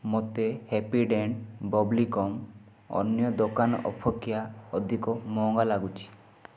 ମୋତେ Happydent bubblegum ଅନ୍ୟ ଦୋକାନ ଅପେକ୍ଷା ଅଧିକ ମହଙ୍ଗା ଲାଗୁଛି